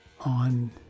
on